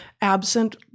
absent